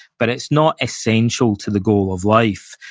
but it's not essential to the goal of life.